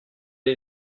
est